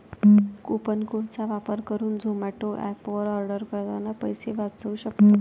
coupon code चा वापर करुन झोमाटो एप वर आर्डर करतांना पैसे वाचउ सक्तो